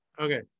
Okay